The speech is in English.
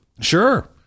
Sure